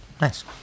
Nice